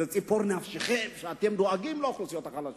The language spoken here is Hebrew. זו ציפור נפשכם, הדאגה לאוכלוסיות החלשות.